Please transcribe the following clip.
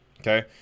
okay